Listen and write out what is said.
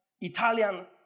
Italian